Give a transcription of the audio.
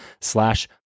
slash